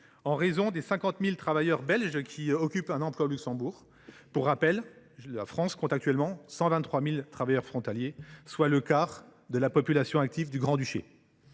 au titre des 50 000 travailleurs belges qui y occupent un emploi. Pour rappel, la France compte actuellement 123 000 travailleurs frontaliers, soit le quart de la population active du Grand Duché.